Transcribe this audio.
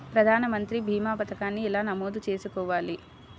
ప్రధాన మంత్రి భీమా పతకాన్ని ఎలా నమోదు చేసుకోవాలి?